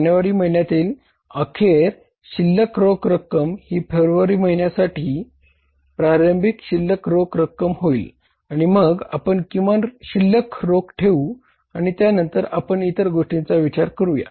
जानेवारी महिन्यातील अखेर शिल्लक रोख रक्कम ही फेब्रुवारी महिन्यासाठी प्रारंभिक शिल्लक रोख रक्कम होईल आणि मग आपण किमान शिल्लक रोख ठेऊ आणि त्यानंतर आपण इतर गोष्टींचा विचार करूया